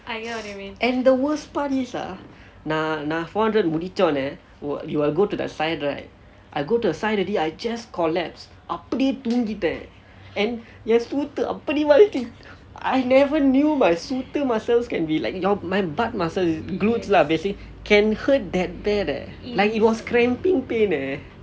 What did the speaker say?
and the worst part is ah நான் நான்:naan naan four hundred meter முடித்தவுடன்:muditthavudan you will you will go to the side right I go to the side already I just collapse அப்படியே தூங்கிட்டேன்:appadiye thungitten and என்:en சூத்து:suuthu அப்படி வலிக்கி:appadi valikki I never knew my சூத்து:sutthu muscles can be like my butt muscles glutes lah basically can hurt that bad eh like it was cramping pain leh